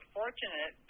fortunate